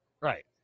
Right